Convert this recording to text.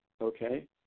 Okay